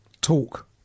talk